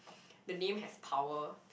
the name has power